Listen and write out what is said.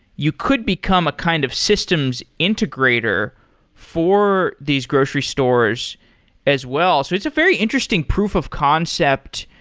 you could become a kind of systems integrator for these grocery stores as well. so it's a very interesting proof of concept,